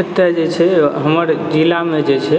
एतए जे छै हमर जिलामे जे छै